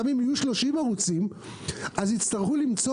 גם אם יהיו 30 ערוצים אז יצטרכו למצוא